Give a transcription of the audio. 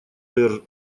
дер